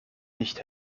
nicht